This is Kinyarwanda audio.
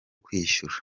kwishyura